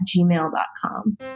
gmail.com